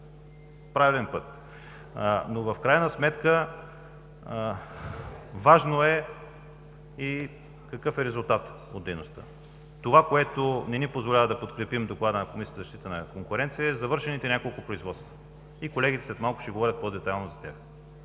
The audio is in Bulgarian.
правилният път. В крайна сметка важно е какъв е резултатът от дейността. Това, което не ни позволява да подкрепим Доклада на Комисията за защита на конкуренцията, са завършените няколко производства. Колегите след малко ще говорят по-детайлно за тях.